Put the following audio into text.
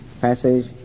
passage